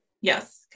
yes